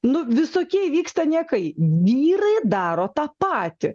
nu visokie įvyksta niekai vyrai daro tą patį